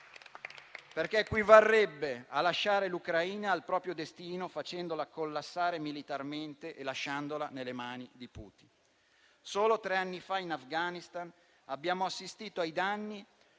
perché equivarrebbe a lasciare l'Ucraina al proprio destino, facendola collassare militarmente e lasciandola nelle mani di Putin. Solo tre anni fa, in Afghanistan, abbiamo assistito ai danni